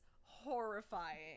horrifying